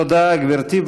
תודה, גברתי.